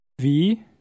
Wie